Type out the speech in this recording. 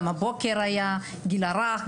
גם הבוקר היה הגיל הרך,